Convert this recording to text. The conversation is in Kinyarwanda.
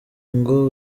ngo